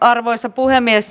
arvoisa puhemies